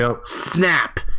Snap